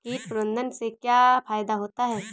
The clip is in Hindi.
कीट प्रबंधन से क्या फायदा होता है?